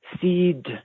seed